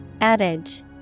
Adage